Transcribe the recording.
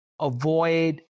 avoid